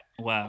Wow